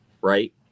Right